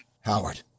Howard